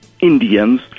Indians